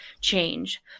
change